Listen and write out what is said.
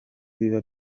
biba